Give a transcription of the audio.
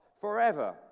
forever